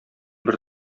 бер